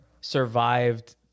survived